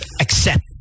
accept